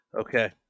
okay